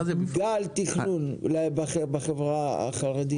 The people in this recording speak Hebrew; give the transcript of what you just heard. גם תכנון בחברה החרדית.